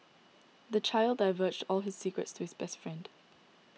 the child divulged all his secrets to his best friend